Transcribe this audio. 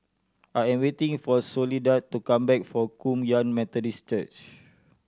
I am waiting for Soledad to come back from Kum Yan Methodist Church